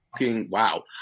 wow